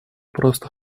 просто